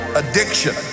addiction